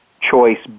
choice